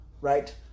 right